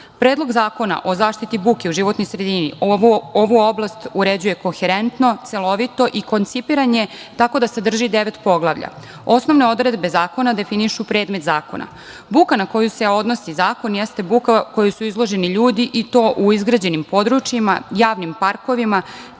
Predlog zakona o zaštiti od buke u životnoj sredini ovu oblast uređuje koherentno, celovito i koncipiran je tako da sadrži devet poglavlja. Osnovne odredbe zakona definišu predmet zakona. Buka na koju se odnosi zakon jeste buka kojoj su izloženi ljudi i to u izgrađenim područjima, javnim parkovima,